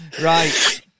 right